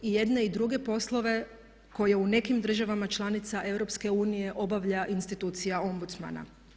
I jedne i druge poslove koje u nekim državama članicama EU obavlja institucija ombudsmana.